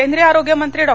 केंद्रीय आरोग्यमंत्री डॉ